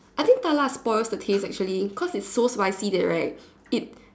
I think 大辣 spoils the taste actually cause it's so spicy that right it